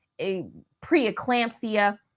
preeclampsia